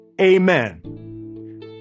amen